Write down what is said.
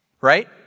Right